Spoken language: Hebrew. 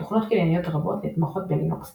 תוכנות קנייניות רבות נתמכות בלינוקס,